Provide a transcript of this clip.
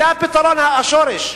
זה הפתרון מהשורש.